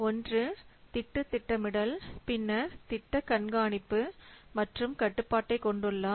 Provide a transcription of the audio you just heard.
ஒன்று திட்ட திட்டமிடல் பின்னர் திட்ட கண்காணிப்பு மற்றும் கட்டுப்பாட்டை கொண்டுள்ளார்